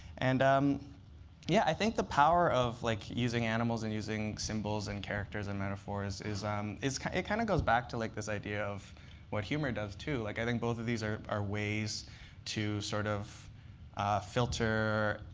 and um yeah i think the power of like using animals and using symbols and characters and metaphors is um is it kind of goes back to like this idea of what humor does, too. like i think both of these are are ways to sort of filter